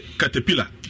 caterpillar